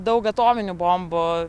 daug atominių bombų